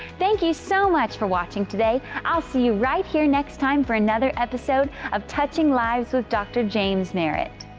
thank you so much for watching today. i'll see you right here next time for another episode of touching lives with dr. james merritt.